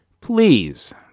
please